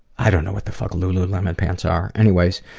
i don't know what the fuck lululemon pants are, anyways,